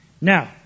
Now